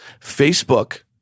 Facebook